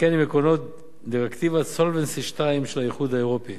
וכן עם עקרונות דירקטיבת "Solvency II" של האיחוד האירופי.